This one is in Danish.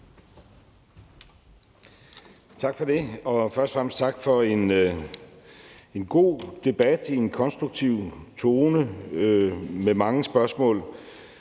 Tak for det, og først og fremmest tak for en god debat i en konstruktiv tone med mange spørgsmål.